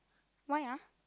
why ah